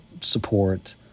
support